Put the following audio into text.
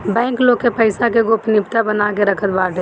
bank लोग के पईसा के गोपनीयता बना के रखत बाटे